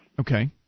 Okay